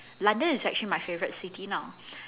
London is actually my favourite city now